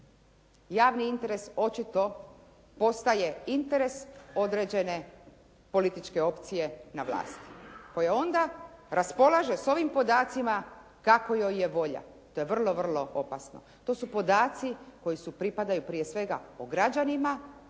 Javni interes očito postaje interes određene političke opcije na vlasti koje onda raspolaže s ovim podacima kako joj je volja. To je vrlo opasno. To su podaci koji pripadaju prije svega, o građanima